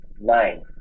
nine